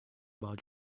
about